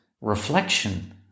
reflection